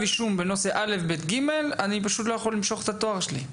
אישום בנושא מסוים אני לא יכול למשוך את התואר שלי.